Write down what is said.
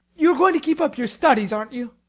you are going to keep up your studies, aren't you?